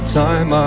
time